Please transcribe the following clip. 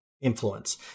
influence